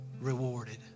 rewarded